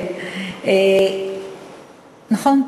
נכון,